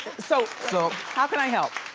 so so how can i help?